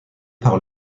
par